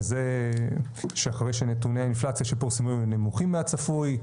וזה שאחרי שנתוני האינפלציה שפורסמנו הם נמוכים מהצפוי.